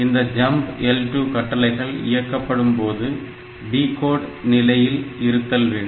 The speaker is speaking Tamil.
இந்த jump L2 கட்டளைகள் இயக்கப்படும்போது டிகோட் நிலையில் இருத்தல் வேண்டும்